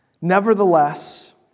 Nevertheless